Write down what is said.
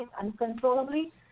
uncontrollably